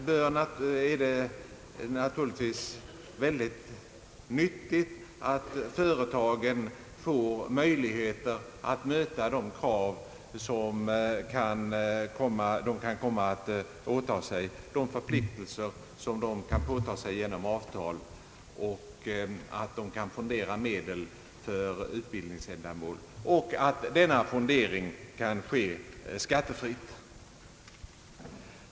Det är naturligtvis ändå önskvärt att företagen för att kunna uppfylla de förpliktelser som de kan komma att påta sig genom avtal, får möjlighet att fondera medel för utbildningsändamål samt att denna fondering kan ske skattefritt.